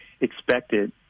expected